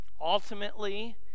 Ultimately